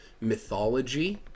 mythology